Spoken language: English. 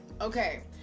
okay